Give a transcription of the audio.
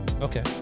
okay